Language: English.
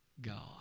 God